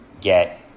get